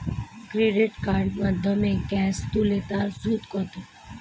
Credit কার্ডের মাধ্যমে cash তুলে তার সুদ কত?